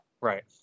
Right